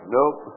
Nope